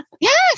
Yes